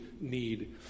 need